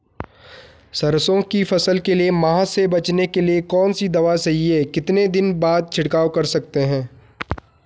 सरसों की फसल के लिए माह से बचने के लिए कौन सी दवा सही है कितने दिन बाद छिड़काव कर सकते हैं?